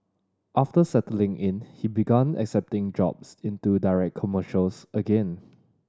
after settling in he began accepting jobs into direct commercials again